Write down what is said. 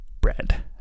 bread